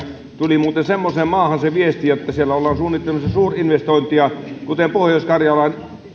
tuli muuten semmoiseen maahan se viesti että siellä ollaan suunnittelemassa suurinvestointia kuten pohjois karjalassakin